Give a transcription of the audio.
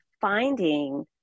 finding